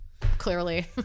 clearly